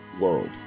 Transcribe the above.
world